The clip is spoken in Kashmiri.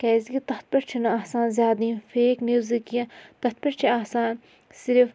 کیازکہِ تَتھ پٮ۪ٹھ چھُنہٕ آسان زیادٕ یِم فیک نِوزٕ کینٛہہ تَتھ پٮ۪ٹھ چھِ آسان صِرف